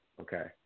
Okay